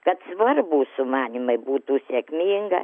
kad svarbūs sumanymai būtų sėkminga